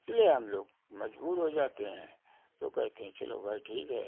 इसलिए हम लोग मजबूर हो जाते हैं तो कहते हैं चलो भाई ठीक है